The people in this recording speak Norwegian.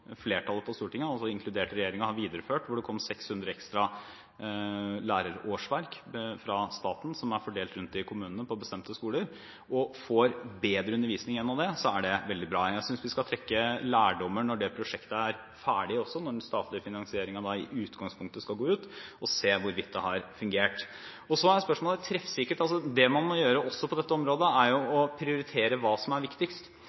flertallet på Stortinget, inkludert regjeringen, har videreført, hvor det kom 600 ekstra lærerårsverk fra staten som er fordelt rundt i kommunene på bestemte skoler, og får bedre undervisning gjennom det, er det veldig bra. Jeg synes vi skal trekke lærdommer når det prosjektet er ferdig, når den statlige finansieringen i utgangspunktet skal gå ut, og se hvorvidt det har fungert. Så er spørsmålet treffsikkert. Det man også må gjøre på dette området, er å prioritere hva som er viktigst.